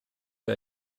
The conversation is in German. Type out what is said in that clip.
wir